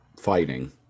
fighting